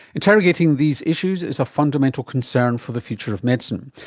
interrogating these issues is a fundamental concern for the future of medicine,